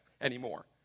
anymore